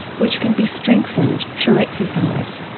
which can be strengthened through exercise.